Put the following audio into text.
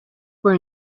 were